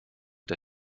der